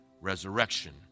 resurrection